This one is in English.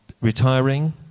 retiring